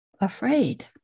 afraid